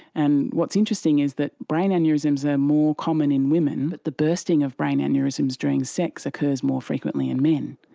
and what's interesting is that brain aneurysms are more common in women, but the bursting of brain aneurysms during sex occurs more frequently in men,